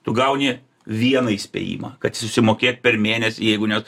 tu gauni vieną įspėjimą kad susimokėt per mėnesį jeigu ne